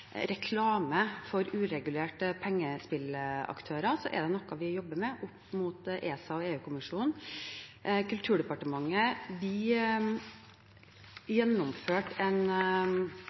reklame for uregulerte pengespillaktører, så er det noe vi jobber med opp mot ESA og EU-kommisjonen. Kulturdepartementet gjennomførte